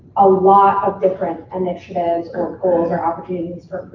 a lot of different initiatives or goals or opportunities